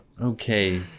okay